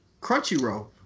Crunchyroll